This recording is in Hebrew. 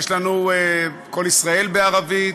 יש לנו "קול ישראל" בערבית,